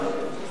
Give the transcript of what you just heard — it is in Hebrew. עדתיים,